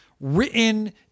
written